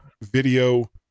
Video